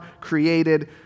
created